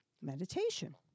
meditation